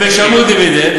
הם ישלמו דיבידנד,